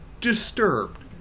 disturbed